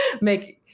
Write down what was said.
make